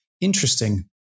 interesting